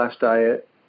diet